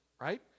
right